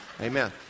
Amen